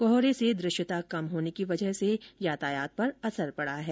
कोहरे से दृश्यता कम होने की वजह से यातायात पर भी असर पड़ा है